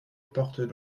portent